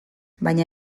baina